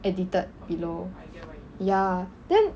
edited below ya then